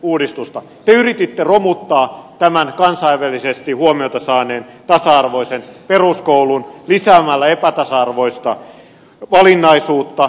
te yrititte romuttaa tämän kansainvälisesti huomiota saaneen tasa arvoisen peruskoulun lisäämällä epätasa arvoista valinnaisuutta